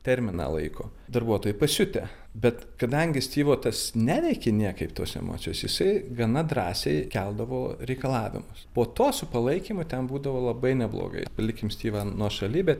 terminą laiko darbuotojai pasiutę bet kadangi styvo tas neveikė niekaip tos emocijos jisai gana drąsiai keldavo reikalavimus po to su palaikymu ten būdavo labai neblogai palikim styvą nuošaly bet